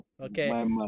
Okay